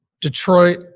Detroit